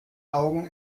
augen